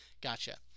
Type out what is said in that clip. Gotcha